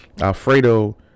alfredo